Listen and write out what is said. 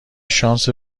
شانس